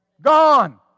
Gone